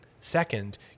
Second